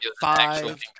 five